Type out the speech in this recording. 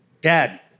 dad